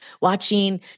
watching